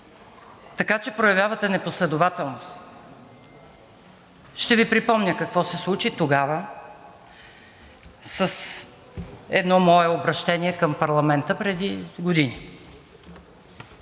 Така че проявявате непоследователност. Ще Ви припомня какво се случи тогава с едно мое обръщение към парламента преди години.